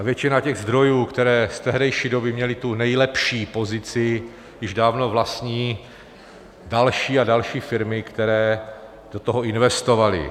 Většina těch zdrojů, které z tehdejší doby měly tu nejlepší pozici, již dávno vlastní další a další firmy, které do toho investovaly.